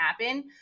happen